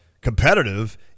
competitive